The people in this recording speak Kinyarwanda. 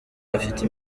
afite